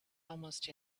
almost